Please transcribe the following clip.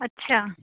ਅੱਛਾ